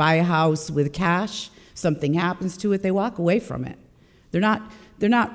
buy a house with cash something happens to it they walk away from it they're not they're not